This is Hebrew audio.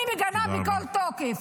אני מגנה בכל תוקף.